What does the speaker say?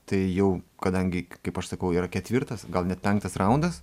tai jau kadangi kaip aš sakau yra ketvirtas gal net penktas raundas